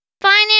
finance